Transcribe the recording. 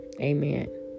amen